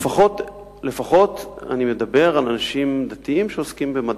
לפחות אני מדבר על אנשים דתיים שעוסקים במדע.